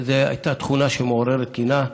תכונה שהייתה מעוררת קנאה.